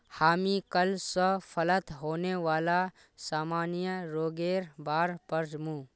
हामी कल स फलत होने वाला सामान्य रोगेर बार पढ़ मु